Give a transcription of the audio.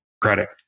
credit